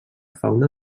fauna